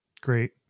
Great